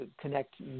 connect